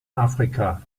afrika